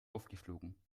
aufgeflogen